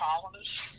colonists